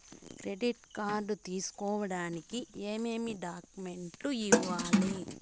credit card తీసుకోడానికి ఏమేమి డాక్యుమెంట్లు ఇవ్వాలి